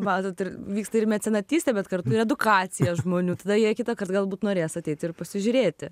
matot ir vyksta ir mecenatystė bet kartu ir edukacija žmonių tada jie kitąkart galbūt norės ateiti ir pasižiūrėti